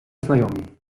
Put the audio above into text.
znajomi